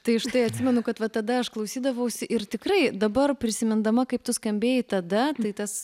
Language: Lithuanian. tai štai atsimenu kad va tada aš klausydavausi ir tikrai dabar prisimindama kaip tu skambėjai tada tai tas